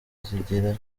zigira